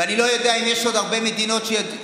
ואני לא יודע אם יש עוד הרבה מדינות שיודעות